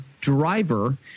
driver